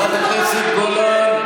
חברי הכנסת גולן.